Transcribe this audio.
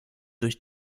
durch